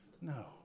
No